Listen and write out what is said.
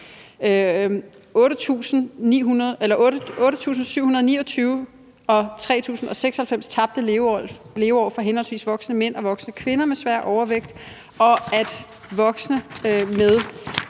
8.729 og 3.096 tabte leveår for voksne mænd og voksne kvinder med svær overvægt, og at voksne med